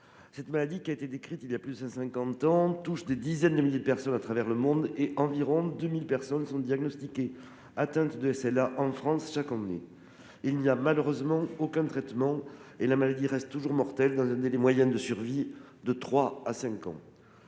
Cette maladie, décrite il y a plus de 150 ans, touche des dizaines de milliers de personnes à travers le monde. Environ 2 000 personnes sont diagnostiquées atteintes de SLA en France chaque année. Il n'y a malheureusement aucun traitement, et la maladie reste toujours mortelle, avec un délai moyen de survie de trois